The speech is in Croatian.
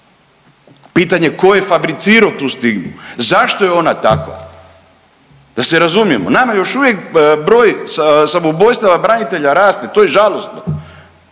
Pitanje tko je fabricirao tu stigmu? Zašto je ona takva? Da se razumijemo, nama još uvijek broj samoubojstava branitelja raste. To je žalosno,